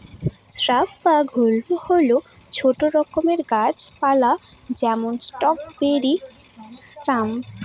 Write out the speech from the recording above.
shrub বা গুল্ম হল ছোট রকম গাছ পালা যেমন স্ট্রবেরি শ্রাব